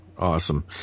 Awesome